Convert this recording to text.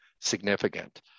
significant